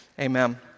amen